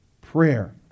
prayer